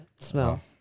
smell